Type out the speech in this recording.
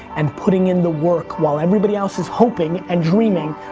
and putting in the work while everybody else is hoping and dreaming,